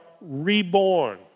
reborn